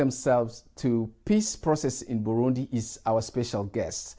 themselves to peace process in burundi is our special g